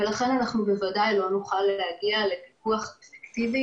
ולכן בוודאי שלא נוכל להגיע לפיקוח אפקטיבי